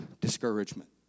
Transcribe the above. Discouragement